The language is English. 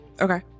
Okay